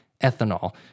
ethanol